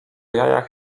jajach